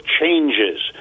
changes